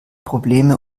probleme